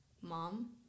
mom